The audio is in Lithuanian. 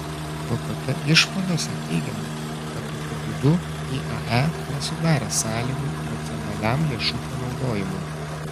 vpt išvadose teigiama kad tokiu būdu iae nesudarė sąlygų racionaliam lėšų panaudojimui